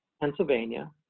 Pennsylvania